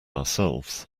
ourselves